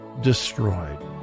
Destroyed